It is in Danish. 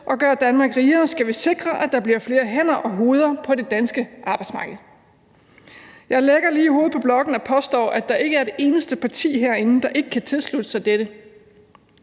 og gøre Danmark rigere, skal vi sikre, at der bliver flere hænder og hoveder på det danske arbejdsmarked«. Jeg lægger lige hovedet på blokken og påstår, at der ikke er et eneste parti herinde, der ikke kan tilslutte sig dette.